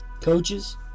coaches